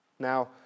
Now